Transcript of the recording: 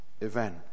event